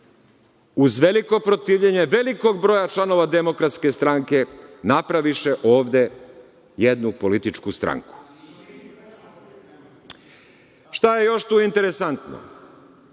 uz veliko protivljenje velikog broja članova DS, napraviše ovde jednu političku stranku. Šta je još tu interesantno?